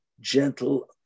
gentle